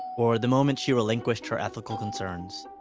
or the moment she relinquished her ethical concerns.